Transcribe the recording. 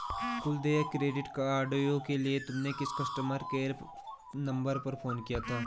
कुल देय क्रेडिट कार्डव्यू के लिए तुमने किस कस्टमर केयर नंबर पर फोन किया था?